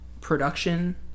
production